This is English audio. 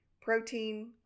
protein